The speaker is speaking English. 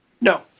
No